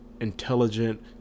intelligent